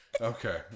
Okay